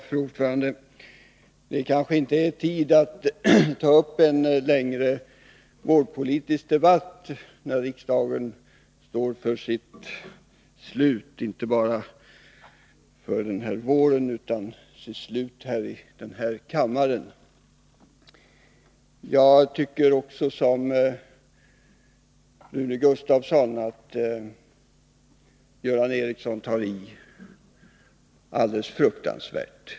Fru talman! Det kanske inte är rätta tiden att ta upp en längre vårdpolitisk debatt när riksmötet står inför sitt slut, inte bara för den här våren utan också i det här huset. Jag tycker, som Rune Gustavsson, att Göran Ericsson tar i alldeles fruktansvärt.